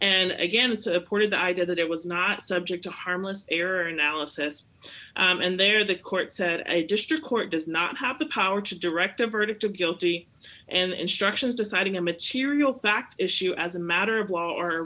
and again supported the idea that it was not subject to harmless error analysis and there the court said a district court does not have the power to direct a verdict of guilty and instructions deciding a material fact issue as a matter of law or